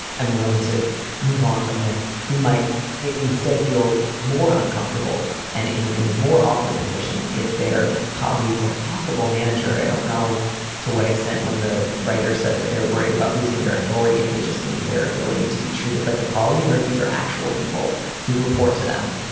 i'm willing to move on from this who might instead feel more uncomfortable and in in in a more awkward position if their colleague or possible manager. i don't know to what extent when the writer says that they're worried about losing their authority, if they just mean their ability to be treated like a colleague or if these are actual people who report to them.